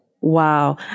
Wow